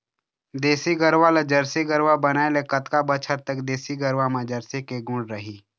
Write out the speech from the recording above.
देसी गरवा ला जरसी गरवा बनाए ले कतका बछर तक देसी गरवा मा जरसी के गुण रही?